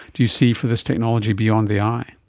do you see for this technology beyond the eye?